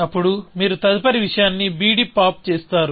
అప్పుడు మీరు తదుపరి విషయాన్ని bd పాప్ చేస్తారు